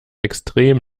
extrem